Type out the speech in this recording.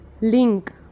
Link